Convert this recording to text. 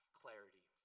clarity